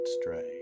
stray